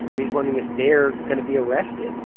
he's wondering if they're going to be arrested.